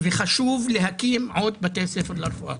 וחשוב להקים עוד בתי ספר לרפואה.